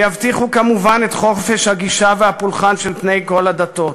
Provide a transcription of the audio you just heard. ויבטיחו כמובן את חופש הגישה והפולחן של בני כל הדתות,